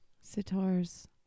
Sitar's